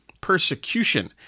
Persecution